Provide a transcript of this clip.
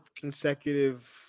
consecutive